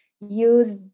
use